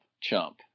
chump